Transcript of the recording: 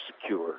secure